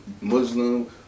Muslim